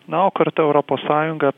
na o kartu europos sąjunga